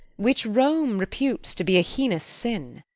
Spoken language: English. which rome reputes to be a heinous sin,